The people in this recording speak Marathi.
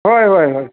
होय होय होय